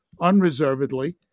unreservedly